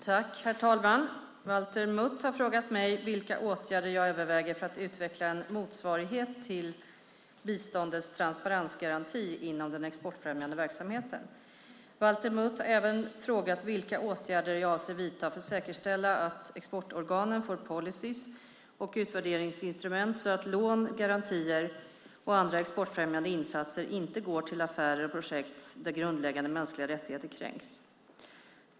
Herr talman! Valter Mutt har frågat mig vilka åtgärder jag överväger för att utveckla en motsvarighet till biståndets "transparensgaranti" inom den exportfrämjande verksamheten. Valter Mutt har även frågat vilka åtgärder jag avser att vidta för att säkerställa att exportorganen får policyer och utvärderingsinstrument så att lån, garantier och andra exportfrämjande insatser inte går till affärer och projekt där grundläggande mänskliga rättigheter kränks.